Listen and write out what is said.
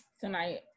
tonight